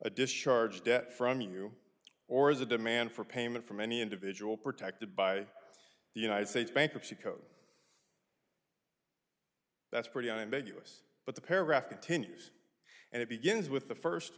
a discharge debt from you or as a demand for payment from any individual protected by the united states bankruptcy code that's pretty unambiguous but the paragraph continues and it begins with the first